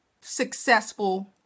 successful